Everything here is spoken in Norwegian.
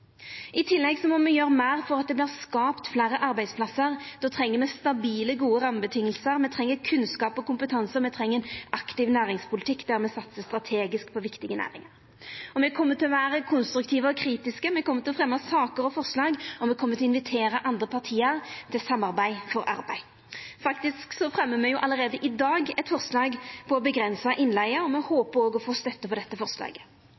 I tillegg må me gjera meir for at det vert skapt fleire arbeidsplassar. Då treng me stabile, gode rammevilkår, me treng kunnskap og kompetanse, og me treng ein aktiv næringspolitikk der me satsar strategisk på viktige næringar. Me kjem til å vera konstruktive og kritiske, me kjem til å fremja saker og forslag, og me kjem til å invitera andre parti til samarbeid for arbeid. Faktisk fremjar me allereie i dag eit forslag om å avgrensa innleige, og me håper å få støtte for det forslaget.